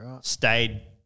stayed